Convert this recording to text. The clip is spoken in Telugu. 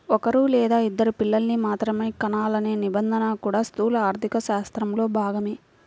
ఒక్కరూ లేదా ఇద్దరు పిల్లల్ని మాత్రమే కనాలనే నిబంధన కూడా స్థూల ఆర్థికశాస్త్రంలో భాగమే